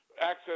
Access